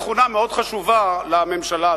תכונה מאוד חשובה לממשלה הזאת,